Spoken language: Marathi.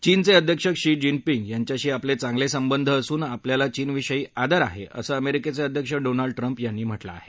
चीनचे अध्यक्ष क्षी जिनपिंग यांच्याशी आपले चांगले संबंध असून आपल्याला चीनविषयी आदर आहे असं अमेरिकेचे अध्यक्ष डोनाल्ड ट्रम्प यांनी म्हटलं आहे